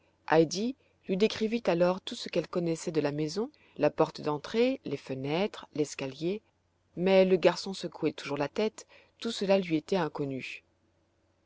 heidi lui décrivit alors tout ce qu'elle connaissait de la maison la porte d'entrée les fenêtres l'escalier mais le garçon secouait toujours la tête tout cela lui était inconnu